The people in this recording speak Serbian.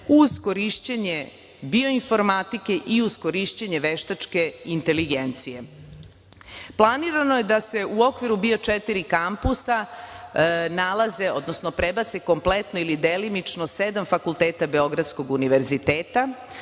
uz korišćenje bioinformatike i uz korišćenje veštačke inteligencije. Planirano je da se u okviru BIO4 kampusa nalaze, odnosno prebace kompletno ili delimično sedam fakulteta Beogradskog univerziteta,